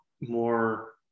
more